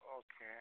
okay